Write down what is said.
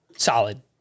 Solid